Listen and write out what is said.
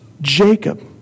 Jacob